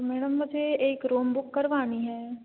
madam मुझे एक room book करवानी है